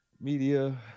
media